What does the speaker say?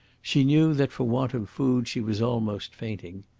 she knew that for want of food she was almost fainting.